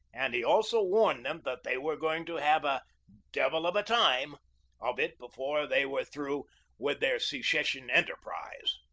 and he also warned them that they were going to have a devil of a time of it before they were through with their secession enterprise.